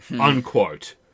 Unquote